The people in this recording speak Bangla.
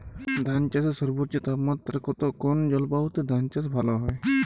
ধান চাষে সর্বোচ্চ তাপমাত্রা কত কোন জলবায়ুতে ধান চাষ ভালো হয়?